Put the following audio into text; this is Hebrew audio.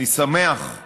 אני שמח,